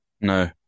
No